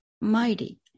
mighty